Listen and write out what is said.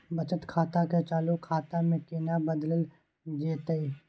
बचत खाता के चालू खाता में केना बदलल जेतै?